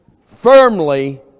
firmly